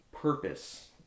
purpose